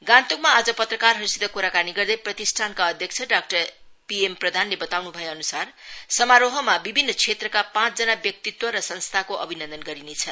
गान्तोकमा आज पत्रकारहरूसित कुराकानी गर् प्रतिष्ठानका अध्यक्ष डाक्टर पिएम प्रधानले बताउन् भए अन्सार समारोहमा विभिन्न क्षेत्रका पाँचजना व्यकत्वि अभिनन्दन गरिनेछ